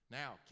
now